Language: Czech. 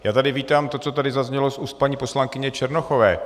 Já tady vítám to, co tady zaznělo z úst paní poslankyně Černochové.